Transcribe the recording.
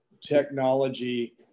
technology